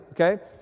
okay